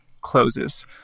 closes